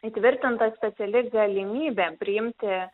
įtvirtinta speciali galimybė priimti